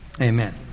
Amen